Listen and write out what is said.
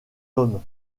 homme